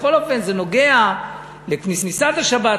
בכל אופן זה נוגע לכניסת השבת,